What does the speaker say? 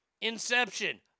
Inception